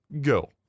go